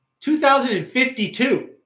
2052